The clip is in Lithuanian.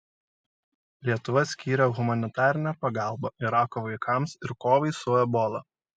lietuva skyrė humanitarinę pagalbą irako vaikams ir kovai su ebola